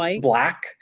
black